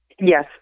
yes